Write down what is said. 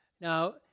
Now